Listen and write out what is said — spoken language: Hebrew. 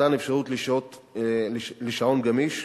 מתן אפשרות לשעון גמיש,